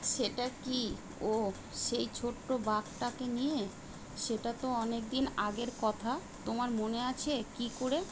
সেটা কী ওহ সেই ছোট্ট বাঘটাকে নিয়ে সেটা তো অনেক দিন আগের কথা তোমার মনে আছে কী করে